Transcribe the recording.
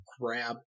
grab